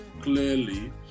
clearly